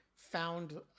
found